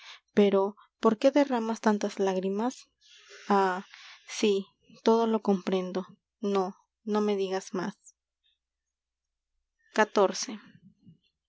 pero por tantas qué derramas lágrimas ah sí todo lo comprendo no no me digas más